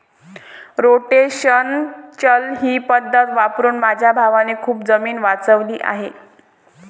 rotational चर ही पद्धत वापरून माझ्या भावाने खूप जमीन वाचवली आहे